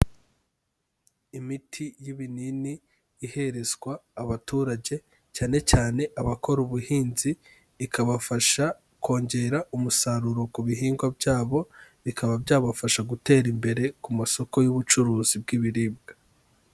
Imiti y'ibinini iherezwa abaturage cyane cyane abakora ubuhinzi, ikabafasha kongera umusaruro ku bihingwa byabo, bikaba byabafasha gutera imbere ku masoko y'ubucuruzi bw'ibiribwa.